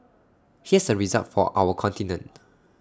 here's A result for our continent